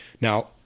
Now